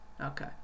Okay